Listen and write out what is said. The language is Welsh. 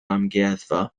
amgueddfa